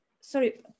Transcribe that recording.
Sorry